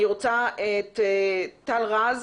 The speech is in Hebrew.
אני רוצה להעלות את טל רז,